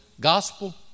gospel